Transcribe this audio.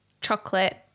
chocolate